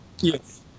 Yes